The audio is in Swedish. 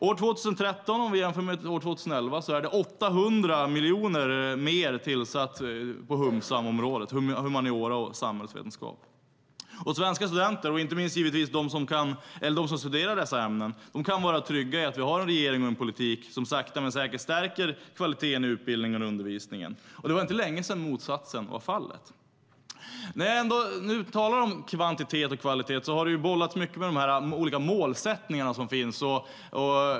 År 2013, om vi jämför med år 2011, är det 800 miljoner mer tillsatt på humsamområdet, humaniora och samhällsvetenskap. Och svenska studenter, inte minst de som studerar dessa ämnen, kan vara trygga i att vi har en regering och en politik som sakta men säkert stärker kvaliteten i utbildningen och undervisningen. Det var inte länge sedan motsatsen var fallet. När jag nu ändå talar om kvantitet och kvalitet kan jag säga att det har bollats mycket med de olika målsättningar som finns.